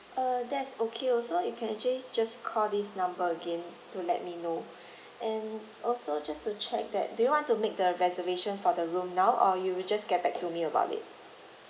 uh that's okay also you can actually just call this number again to let me know and also just to check that do you want to make the reservation for the room now or you will just get back to me about it